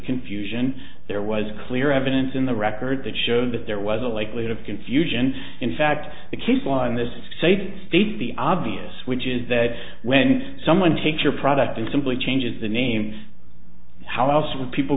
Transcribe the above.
confusion there was clear evidence in the record that showed that there was a likelihood of confusion in fact the case law in this state state the obvious which is that when someone takes your product and simply changes the names how else would people